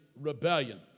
rebellion